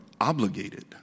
obligated